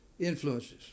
Influences